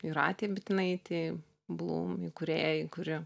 jūratei bitinaitei blūm įkūrėjai kuri